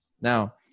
Now